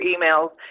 emails